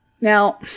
Now